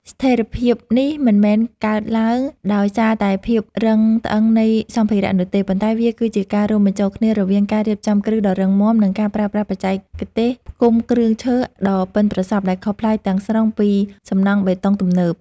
ស្ថិរភាពនេះមិនមែនកើតឡើងដោយសារតែភាពរឹងត្អឹងនៃសម្ភារៈនោះទេ ប៉ុន្តែវាគឺជាការរួមបញ្ចូលគ្នារវាងការរៀបចំគ្រឹះដ៏រឹងមាំ និងការប្រើប្រាស់បច្ចេកទេសផ្គុំគ្រឿងឈើដ៏ប៉ិនប្រសប់ដែលខុសប្លែកទាំងស្រុងពីសំណង់បេតុងទំនើប។